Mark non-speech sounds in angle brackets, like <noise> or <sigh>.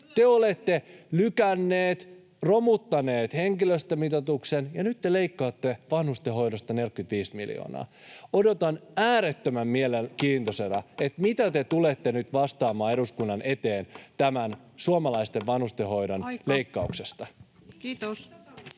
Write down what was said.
Te olette lykänneet, romuttaneet henkilöstömitoituksen, ja nyt te leikkaatte vanhustenhoidosta 45 miljoonaa. Odotan äärettömällä mielenkiinnolla, <noise> mitä te tulette nyt vastamaan eduskunnan eteen tämän suomalaisten vanhustenhoidon [Puhemies: